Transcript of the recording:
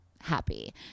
happy